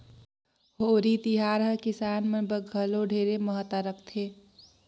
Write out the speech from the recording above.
होरी तिहार हर किसान मन बर घलो ढेरे महत्ता रखथे